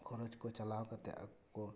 ᱠᱷᱚᱨᱪ ᱠᱚ ᱪᱟᱞᱟᱣ ᱠᱟᱛᱮ ᱟᱠᱚ